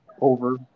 over